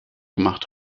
gemacht